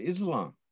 Islam